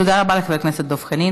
תודה רבה לחבר הכנסת דב חנין.